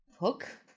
hook